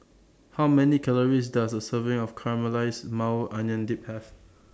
How Many Calories Does A Serving of Caramelized Maui Onion Dip Have